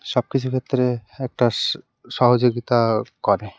সব কিছু ক্ষেত্রে একটা সহযোগিতা করে